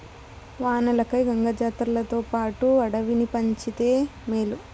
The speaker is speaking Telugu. వానలకై గంగ జాతర్లతోపాటు అడవిని పంచితే మేలు